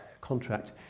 contract